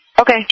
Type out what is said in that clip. Okay